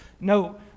No